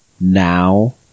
now